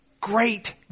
great